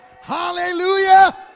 Hallelujah